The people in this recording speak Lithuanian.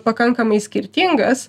pakankamai skirtingas